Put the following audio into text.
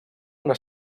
una